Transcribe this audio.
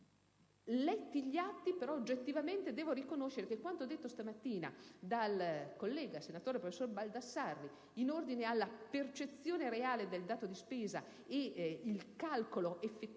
Letti gli atti, però, devo riconoscere che quanto detto stamattina dal collega senatore professor Baldassarri in ordine alla percezione reale del dato di spesa e al calcolo effettivo